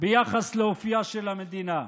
ביחס לאופייה של המדינה.